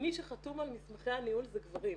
מי שחתום על מסמכי הניהול זה גברים.